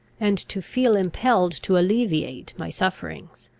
and to feel impelled to alleviate my sufferings.